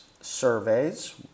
surveys